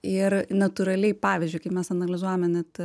ir natūraliai pavyzdžiui kaip mes analizuojame net